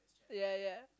ya ya